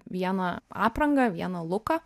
vieną aprangą vieną luką